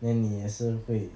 then 你也是会